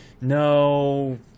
no